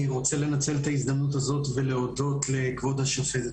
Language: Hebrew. אני רוצה לנצל את ההזדמנות הזאת ולהודות לכבוד השופטת